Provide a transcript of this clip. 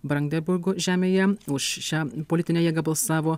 brandenburgo žemėje už šią politinę jėgą balsavo